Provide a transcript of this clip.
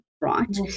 right